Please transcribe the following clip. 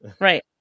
right